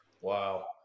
Wow